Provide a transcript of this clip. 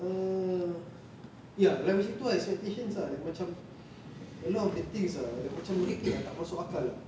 err ya like macam gitu ah expectations ah like macam a lot of the things ah like macam merepek ah tak masuk akal ah